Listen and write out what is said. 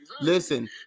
Listen